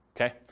Okay